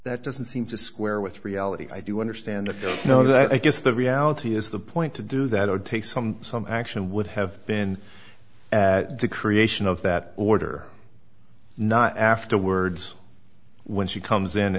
that doesn't seem to square with reality i do understand that you know that i guess the reality is the point to do that would take some some action would have been at the creation of that order not afterwards when she comes in